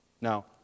Now